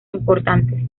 importantes